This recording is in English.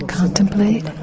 contemplate